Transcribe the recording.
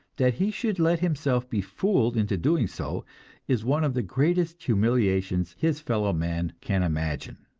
that he should let himself be fooled into doing so is one of the greatest humiliations his fellowmen can imagine.